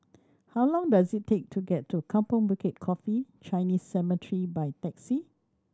how long does it take to get to Kampong Bukit Coffee Chinese Cemetery by taxi